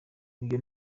ibyo